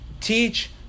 teach